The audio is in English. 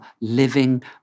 living